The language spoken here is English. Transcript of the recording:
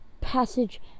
passage